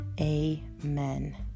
Amen